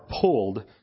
pulled